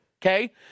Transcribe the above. Okay